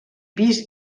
pis